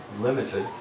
limited